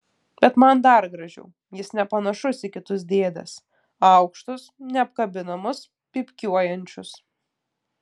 bet man dar gražiau jis nepanašus į kitus dėdes aukštus neapkabinamus pypkiuojančius